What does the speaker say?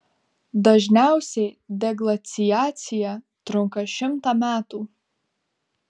dažniausiai deglaciacija trunka šimtą metų